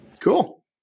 Cool